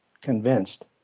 convinced